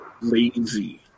lazy